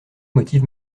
motive